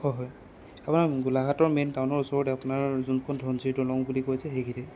হয় হয় আপোনাৰ গোলাঘাটৰ মেইন টাউনৰ ওচৰতে আপোনাৰ যোনখন ধনশিৰি দলং বুলি কয় যে সেইখিনিত